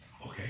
okay